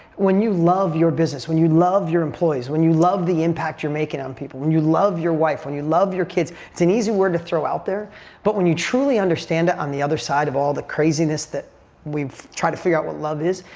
when you love your business, when you love your employees, when you love the impact you're making on people, when you love your wife, when you love your kids, it's an easy word to throw out there but when you truly understand it on the other side of all the craziness that we tried to figure out what love is,